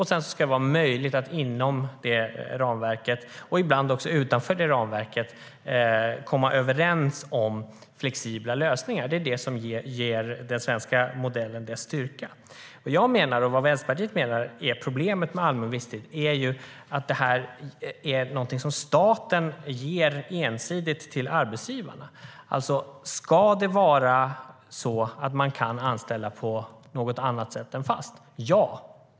Sedan ska det vara möjligt att inom ramverket, och ibland utanför ramverket, komma överens om flexibla lösningar. Det är den svenska modellens styrka. Vad jag och Vänsterpartiet menar är problemet med allmän visstid är att det är något som staten ger ensidigt till arbetsgivarna. Ska det vara möjligt att anställa i någon annan form än en fast anställning? Ja.